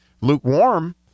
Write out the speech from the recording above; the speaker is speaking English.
lukewarm